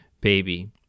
baby